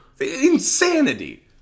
insanity